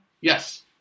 yes